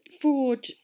fraud